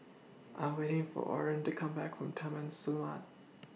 I'm waiting For Orren to Come Back from Taman Selamat